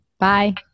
Bye